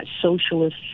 socialist